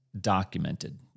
documented